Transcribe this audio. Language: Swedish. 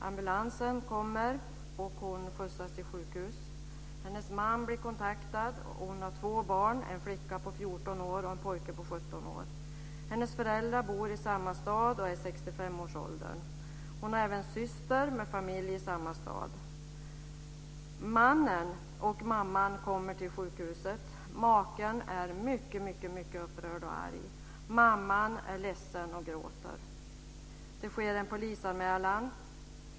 Ambulansen kommer, och hon skjutsas till sjukhus. Hennes man blir kontaktad. Hon har två barn: en flicka på 14 år och en pojke på 17 år. Hennes föräldrar bor i samma stad. De är i 65-årsåldern. Hon har en syster med familj i samma stad. Mannen och mamman kommer till sjukhuset. Maken är mycket upprörd och arg. Mamman är ledsen och gråter. Det sker en polisanmälan.